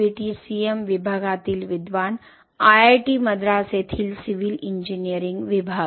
BTCM विभागातील विद्वान IIT Madras येथील सिव्हिल इंजिनीअरिंग विभाग